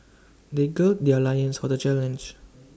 they gird their loins for the challenge